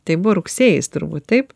tai buvo rugsėjis turbūt taip